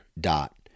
dot